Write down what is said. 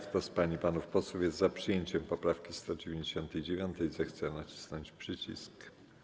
Kto z pań i panów posłów jest za przyjęciem poprawki 199., zechce nacisnąć przycisk.